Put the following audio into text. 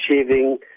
achieving